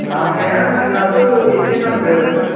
नांनाया जोंनाबो एसे नांदों